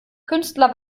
künstler